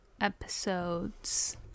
Episodes